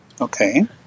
Okay